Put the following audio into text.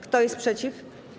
Kto jest przeciw?